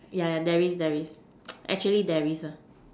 yeah yeah there is there is actually there is a